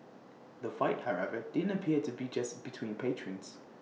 the fight however didn't appear to be just between patrons